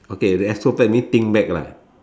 okay retrospect means think back lah